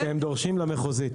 כי הם דורשים למחוזית.